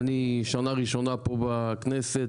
אני שנה ראשונה פה בכנסת,